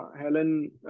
Helen